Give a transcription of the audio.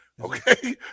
okay